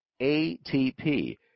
ATP